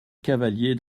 cavalier